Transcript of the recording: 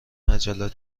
مجله